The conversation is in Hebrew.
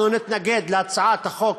אנחנו נתנגד להצעת החוק,